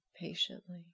patiently